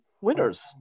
Winners